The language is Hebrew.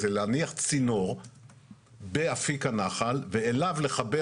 הוא בעצם להניח צינור באפיק הנחל ואליו לחבר